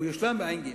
הוא יושלם בתשע"ג.